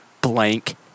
blank